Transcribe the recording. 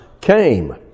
came